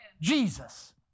Jesus